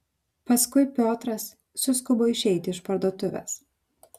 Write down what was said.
paskui piotras suskubo išeiti iš parduotuvės